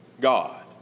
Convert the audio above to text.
God